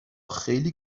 خیلی